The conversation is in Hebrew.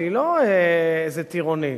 שהיא לא איזה טירונית,